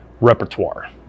repertoire